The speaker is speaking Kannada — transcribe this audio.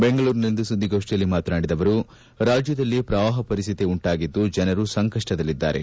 ಬೆಂಗಳೂರಿನಲ್ಲಿಂದು ಸುದ್ದಿಗೋಷ್ಠಿಯಲ್ಲಿ ಮಾತನಾಡಿದ ಅವರು ರಾಜ್ಯದಲ್ಲಿ ಶ್ರವಾಹ ಪರಿಶ್ಠಿತಿ ಉಂಟಾಗಿದ್ದು ಜನರು ಸಂಕಷ್ಟದಲ್ಲಿದ್ದಾರೆ